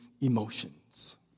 emotions